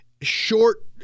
short